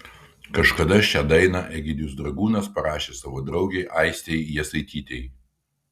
kažkada šią dainą egidijus dragūnas parašė savo draugei aistei jasaitytei